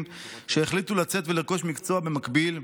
שהחליטו לצאת ולרכוש מקצוע במקביל,